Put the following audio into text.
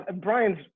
Brian's